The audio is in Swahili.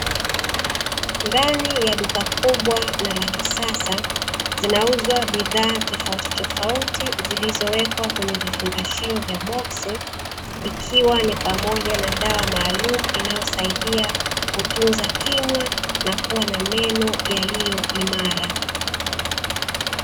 Ndani ya duka kubwa na la kisasa, zinauzwa bidhaa tofautitofauti, zilizowekwa kwenye vifungashio vya boksi, ikiwa ni pamoja na dawa maalumu inayosaidia kutunza kinywa na kuwa na meno yaliyo imara.